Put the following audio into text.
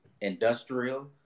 industrial